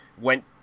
went